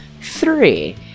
Three